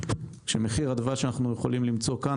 כשמחיר הדבש שאנחנו יכולים למצוא כאן